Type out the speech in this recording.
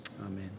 amen